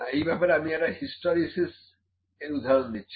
এই ব্যাপারে আমি একটা হিস্টেরিসিস এর উদাহরণ দিচ্ছি